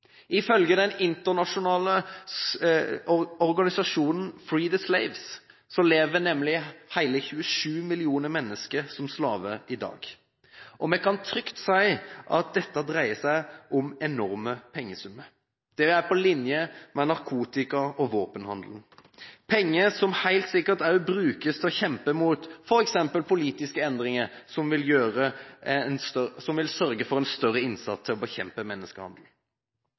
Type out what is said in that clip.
Ifølge den internasjonale organisasjonen Free the Slaves lever nemlig hele 27 millioner mennesker som slaver i dag. Vi kan trygt si at dette dreier seg om enorme pengesummer. Det vil være på linje med narkotika- og våpenhandel – penger som helt sikkert også brukes til å kjempe mot f.eks. politiske endringer som vil sørge for en større innsats til å bekjempe menneskehandel.